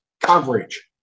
coverage